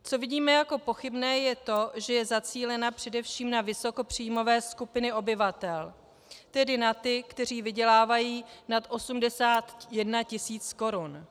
Co vidíme jako pochybné, je to, že je zacílena především na vysokopříjmové skupiny obyvatel, tedy na ty, kteří vydělávají nad 81 tisíc korun.